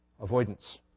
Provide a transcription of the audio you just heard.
avoidance